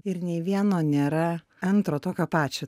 ir nei vieno nėra antro tokio pačio